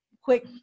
quick